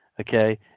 okay